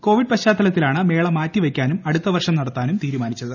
Covid പശ്ചാത്തലത്തിലാണ് മേള മാറ്റി വയ്ക്കാനും അടുത്തവർഷം നടത്താനും തീരുമാനിച്ചത്